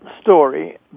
story